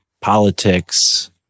politics